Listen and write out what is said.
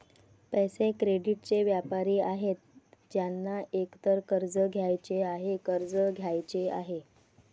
पैसे, क्रेडिटचे व्यापारी आहेत ज्यांना एकतर कर्ज घ्यायचे आहे, कर्ज द्यायचे आहे